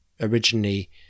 originally